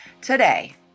Today